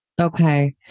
Okay